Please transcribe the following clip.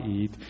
eat